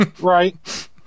right